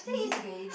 easy to get in